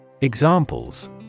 Examples